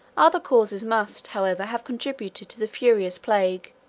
other causes must, however, have contributed to the furious plague,